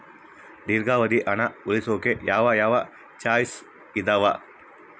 ದೇರ್ಘಾವಧಿ ಹಣ ಉಳಿಸೋಕೆ ಯಾವ ಯಾವ ಚಾಯ್ಸ್ ಇದಾವ?